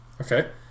Okay